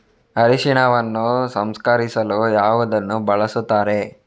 ಅರಿಶಿನವನ್ನು ಸಂಸ್ಕರಿಸಲು ಯಾವುದನ್ನು ಬಳಸುತ್ತಾರೆ?